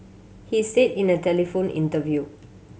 he said in a telephone interview